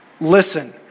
Listen